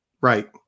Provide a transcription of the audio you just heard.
Right